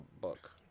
book